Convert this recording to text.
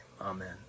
Amen